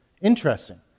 Interesting